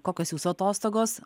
kokios jūsų atostogos